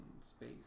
space